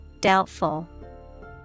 doubtful